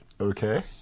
Okay